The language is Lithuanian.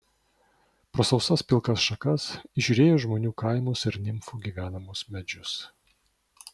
pro sausas pilkas šakas įžiūrėjo žmonių kaimus ir nimfų gyvenamus medžius